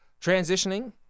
transitioning